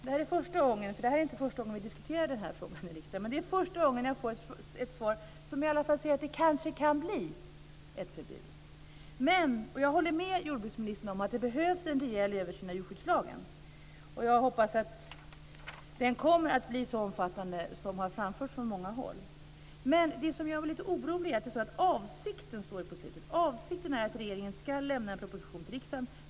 Det är inte första gången vi diskuterar den här frågan i riksdagen, men det är första gången jag får ett svar som gör att jag i alla fall ser att det kanske kan bli ett förbud. Jag håller med jordbruksministern om att det behövs en rejäl översyn av djurskyddslagen, och jag hoppas att den kommer att bli så omfattande som det har framförts önskemål om från många håll. Men det som gör mig lite orolig är att det i slutet av interpellationssvaret står: "Avsikten är att regeringen ska lämna en proposition till riksdagen.